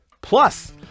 plus